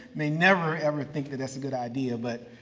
may never ever think that that's a good idea. but,